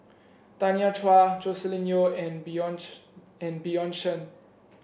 Tanya Chua Joscelin Yeo and Bjorn and Bjorn Shen